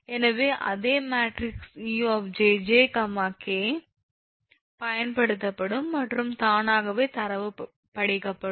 எனவே அதே மேட்ரிக்ஸ் 𝑒 𝑗𝑗 𝑘 பயன்படுத்தப்படும் மற்றும் தானாகவே தரவு படிக்கப்படும்